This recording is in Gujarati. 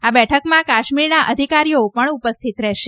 આ બેઠકમાં કાશ્મીરનાં અધિકારીઓ પણ ઉપસ્થિત રહેશે